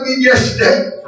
yesterday